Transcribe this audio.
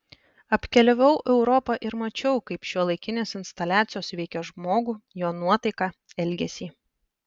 apkeliavau europą ir mačiau kaip šiuolaikinės instaliacijos veikia žmogų jo nuotaiką elgesį